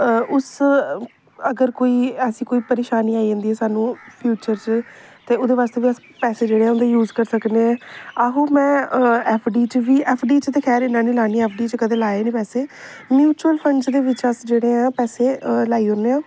उस अगर कोई ऐसी कोई परेशानी आई जंदी सानूं फ्यूचर च ते ओह्दे बास्तै बी अस पैसे जेह्डे़ होंदे ऐ उं'दा यूज़ करी सकने आं आहो में एफ डी च बी एफ डी च ते खैर इ'न्ना निं लान्नी एफ डी च कदें लाए निं पैसे म्युचूअल फंड्स दे बिच अस जेह्डे़ आं पैसे लाई ओड़ने आं